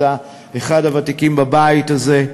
אתה אחד הוותיקים בבית הזה,